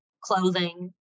clothing